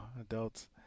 adults